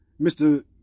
Mr